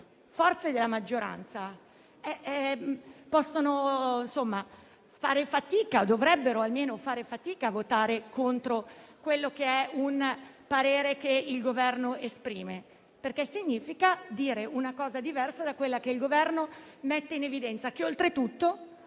forze della maggioranza dovrebbero fare fatica a votare contro il parere che il Governo esprime, perché significa dire una cosa diversa da quella che il Governo mette in evidenza. Oltretutto